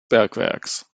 bergwerks